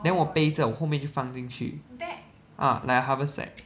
then 我背着我后面就放进去 ah like a haversack